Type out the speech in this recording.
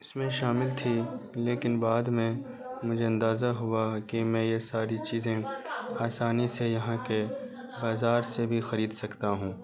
اس میں شامل تھی لیکن بعد میں مجھے اندازہ ہوا کہ میں یہ ساری چیزیں آسانی سے یہاں کے بازار سے بھی خرید سکتا ہوں